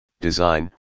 design